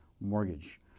Mortgage